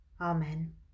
Amen